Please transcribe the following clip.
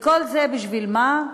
וכל זה בשביל מה?